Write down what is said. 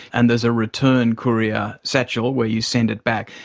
and there's a return courier satchel where you send it back.